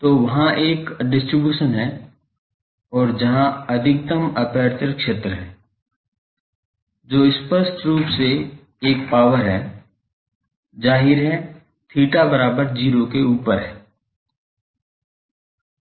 तो वहां एक डिस्ट्रीब्यूशन है और जहां अधिकतम एपर्चर क्षेत्र है जो स्पष्ट रूप से एक पावर है जाहिर है theta बराबर 0 के ऊपर है